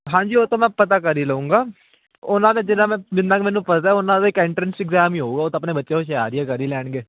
ਹਾਂਜੀ ਉਸ ਤੋਂ ਮੈਂ ਪਤਾ ਕਰ ਹੀ ਲਊਂਗਾ ਉਨ੍ਹਾਂ ਦੇ ਜਿਨ੍ਹਾਂ ਦੇ ਜਿੰਨਾ ਕੁ ਮੈਨੂੰ ਪਤਾ ਉਨ੍ਹਾਂ ਦੇ ਇੱਕ ਐਂਟਰਸ ਐਗਜ਼ਾਮ ਹੋਊਗਾ ਉਹ ਤਾਂ ਆਪਣੇ ਬੱਚੇ ਹੁਸ਼ਿਆਰ ਹੀ ਹੈ ਕਰ ਹੀ ਲੈਣਗੇ